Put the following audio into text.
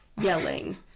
yelling